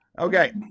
Okay